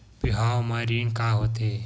बिहाव म ऋण का होथे?